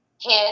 hit